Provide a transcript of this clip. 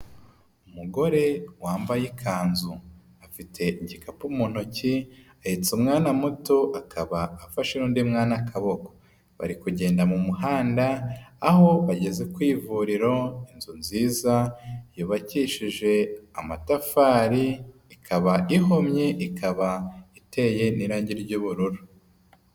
Umugore wambaye ikanzu afite igikapu mu ntoki ahetse umwana muto akaba afashe undi mwana akaboko, bari kugenda mu muhanda, aho bageze ku ivuriro, inzu nziza yubakishije amatafari, ikaba ihomye ikaba iteye n'irangi ry'ubururu.